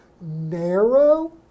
narrow